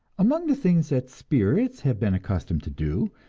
among the things that spirits have been accustomed to do,